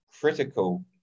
critical